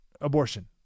abortion